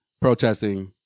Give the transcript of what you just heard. protesting